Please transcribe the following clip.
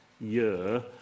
year